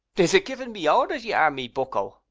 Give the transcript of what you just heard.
is it giving me orders ye are, me bucko?